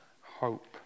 hope